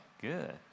Good